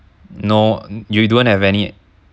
no you don't have any